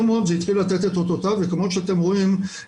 מאוד זה התחיל לתת את אותותיו וכמו שאתם רואים,